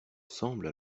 semble